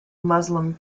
muslim